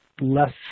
less